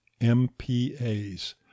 MPAs